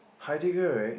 Heidegger right